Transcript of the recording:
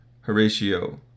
Horatio